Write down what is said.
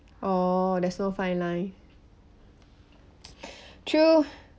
oh there's no fine line true